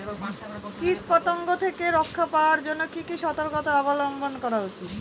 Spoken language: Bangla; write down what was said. কীটপতঙ্গ থেকে রক্ষা পাওয়ার জন্য কি কি সর্তকতা অবলম্বন করা উচিৎ?